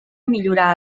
millorar